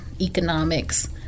economics